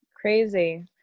Crazy